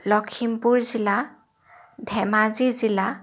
লখিমপুৰ জিলা ধেমাজি জিলা